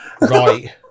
Right